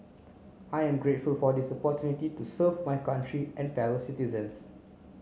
I am grateful for this opportunity to serve my country and fellow citizens